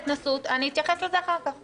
אני אתייחס לזה אחר כך.